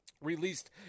released